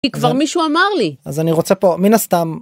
כי כבר מישהו אמר לי. אז אני רוצה פה מן הסתם.